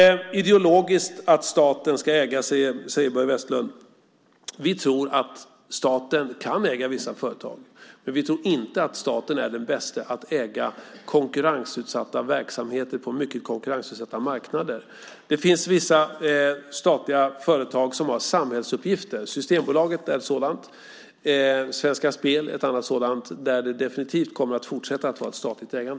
Frågan om statens ägande handlar om ideologi, säger Börje Vestlund. Vi tror att staten kan äga vissa företag, men vi tror inte att staten är den bäste att äga konkurrensutsatta verksamheter på mycket konkurrensutsatta marknader. Det finns vissa statliga företag som har samhällsuppgifter. Systembolaget är ett sådant. Svenska Spel är ett annat sådant, där det definitivt kommer att fortsätta att vara ett statligt ägande.